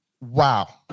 Wow